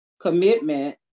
commitment